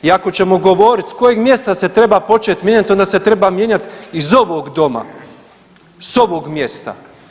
I ako ćemo govoriti s kojeg mjesta se treba početi mijenjati, onda se treba mijenjati iz ovog doma, s ovog mjesta.